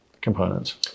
components